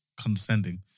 condescending